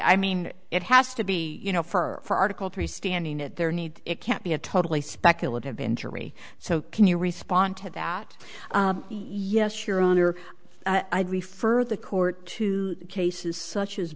i mean it has to be you know for article three standing at their need it can't be a totally speculative injury so can you respond to that yes your honor i'd refer the court to cases such as